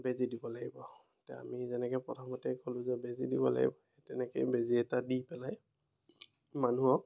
বেজি দিব লাগিব এতিয়া আমি যেনেকৈ প্ৰথমতেই ক'লোঁ যে বেজি দিব লাগিব তেনেকেই বেজি এটা দি পেলাই মানুহক